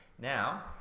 Now